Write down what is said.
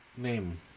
Name